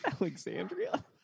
Alexandria